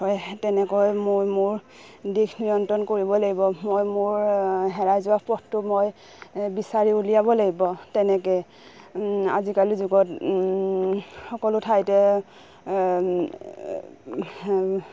হয় তেনেকৈ মই মোৰ দিশ নিয়ন্ত্ৰণ কৰিব লাগিব মই মোৰ হেৰাই যোৱা পথটো মই বিচাৰি উলিয়াব লাগিব তেনেকৈ আজিকালিৰ যুগত সকলো ঠাইতে